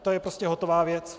To je prostě hotová věc.